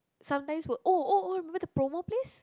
sometimes will oh oh oh remember the promo place